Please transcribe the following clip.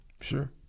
Sure